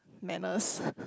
mammals